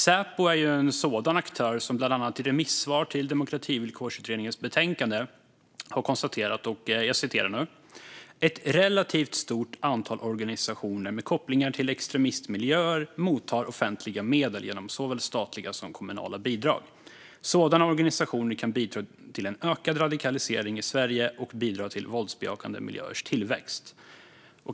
Säpo är en sådan aktör som bland annat i sitt remissvar till Demokrativillkorsutredningens betänkande konstaterat att ett relativt stort antal organisationer med kopplingar till extremistmiljöer tar emot offentliga medel genom såväl statliga som kommunala bidrag och att sådana organisationer kan bidra till en ökad radikalisering i Sverige och bidra till våldsbejakande miljöers tillväxt.